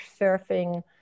surfing